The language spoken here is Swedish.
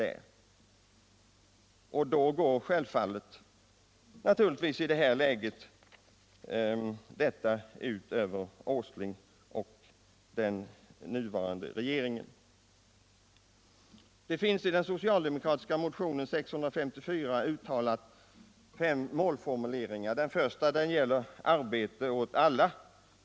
Detta går alltså ut över herr Åsling och den nuvarande regeringen. I den socialdemokratiska motionen 634 finns fem målformuleringar uttalade. Den första gäller arbete åt alla.